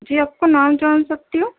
جی آپ کو نام جان سکتی ہوں